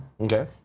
Okay